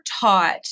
taught